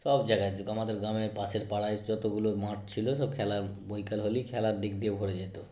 সব জায়গাতে আমাদের গ্রামের পাশের পাড়ায় যতগুলো মাঠ ছিল সব খেলার বিকাল হলেই খেলার দিক দিয়ে ভরে যেত